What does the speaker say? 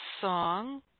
song